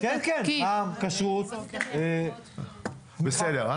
כשרות --- בסדר,